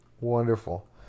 wonderful